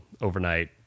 overnight